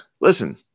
listen